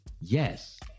yes